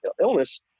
illness